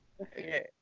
Okay